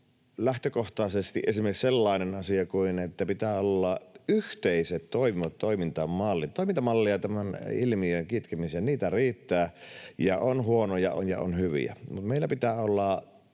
lähtökohtaisesti esimerkiksi sellainen asia kuin että pitää olla yhteiset toimivat toimintamallit. Toimintamalleja tämän ilmiön kitkemiseen riittää, on huonoja ja on hyviä,